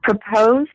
proposed